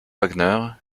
wagner